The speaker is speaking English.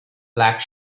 black